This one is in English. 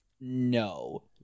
No